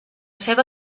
seva